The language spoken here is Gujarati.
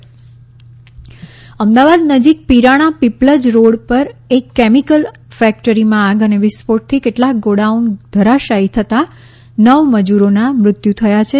આગ વિસ્ફોટથી મોત અમદાવાદ નજીક પીરાણા પીપલજ રોડ ઉપર એક કેમિકલ ફેક્ટરીમાં આગ અને વિસ્ફોટથી કેટલાક ગોડાઉન ધરાસાઈ થતાં નવ મજૂરોના મૃત્યુ થાય છે